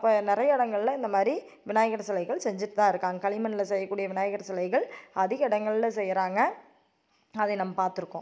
அப்போ நிறைய இடங்கள்ல இந்தமாதிரி விநாயகர் சிலைகள் செஞ்சிட்டுத்தான் இருக்காங்க களிமண்ணில் செய்யக்கூடிய விநாயகர் சிலைகள் அதிக இடங்கள்ல செய்கிறாங்க அதை நாம் பார்த்துருக்கோம்